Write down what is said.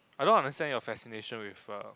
I don't understand your fascination with err